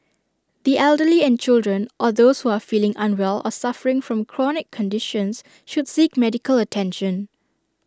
the elderly and children or those who are feeling unwell or suffering from chronic conditions should seek medical attention